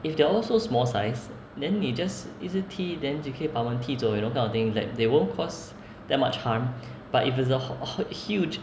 if there are all so small size then 你 just 一直踢 then 就可以把它们踢走 you know kind of thing that they won't cause they're much harm but if it's a ho~ hor~ huge